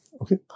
Okay